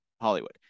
Hollywood